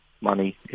money